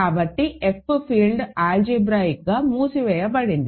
కాబట్టి F field ఆల్జీబ్రాయిక్గా మూసివేయబడింది